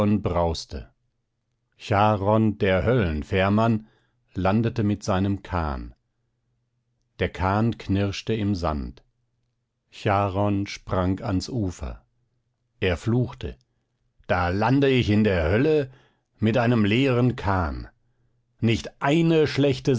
brauste charon der höllenfährmann landete mit seinem kahn der kahn knirschte im sand charon sprang ans ufer er fluchte da lande ich in der hölle mit einem leeren kahn nicht eine schlechte